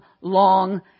long